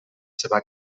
seva